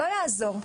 לא יעזור.